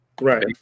Right